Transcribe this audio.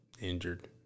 injured